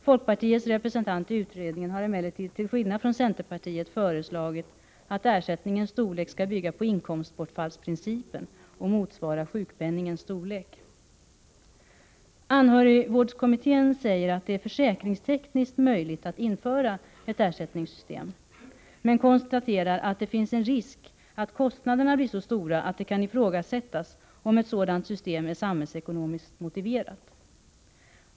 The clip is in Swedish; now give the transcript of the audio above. Folkpartiets representant i utredningen har emellertid, till skillnad från centerpartiets företrädare, föreslagit att ersättningens storlek skall bygga på inkomstbortfallsprincipen och motsvara sjukpenningens storlek. Anhörigvårdskommittén säger att det är försäkringstekniskt möjligt att införa ett ersättningssystem, men kommittén konstaterar att det finns en risk för att kostnaderna blir så stora att det kan ifrågasättas om ett sådant system är samhällsekonomiskt motiverat.